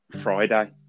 Friday